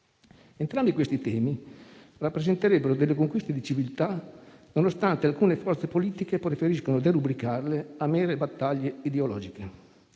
Entrambi questi temi rappresenterebbero delle conquiste di civiltà, nonostante alcune forze politiche preferiscano derubricarli a mere battaglie ideologiche.